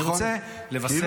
אני רוצה לבשר לך --- נכון.